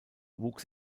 wuchs